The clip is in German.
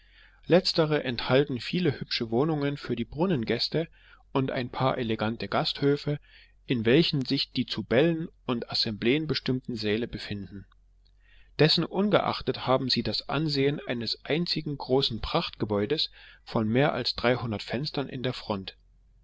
letztere enthalten viele hübsche wohnungen für die brunnengäste und ein paar elegante gasthöfe in welchen sich die zu bällen und assembleen bestimmten säle befinden dessen ungeachtet haben sie das ansehen eines einzigen großen prachtgebäudes von mehr als dreihundert fenstern in der front